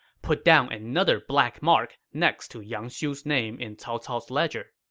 put down another black mark next to yang xiu's name in cao cao's ledger